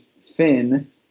Finn